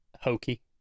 hokey